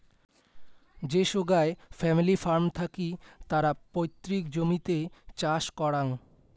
যে সোগায় family farm থাকি তারা পৈতৃক জমিতে চাষ করাং